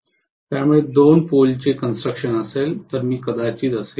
त्यामुळे दोन पोल चे कंस्ट्रक्शन असेल तर मी कदाचित असेन